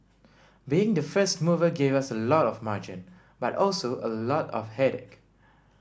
being the first mover gave us a lot of margin but also a lot of headache